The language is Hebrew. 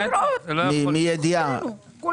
אלפי תלונות על עמידר, מעט